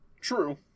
True